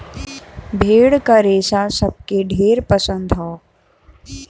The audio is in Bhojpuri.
भेड़ क रेसा सबके ढेर पसंद हौ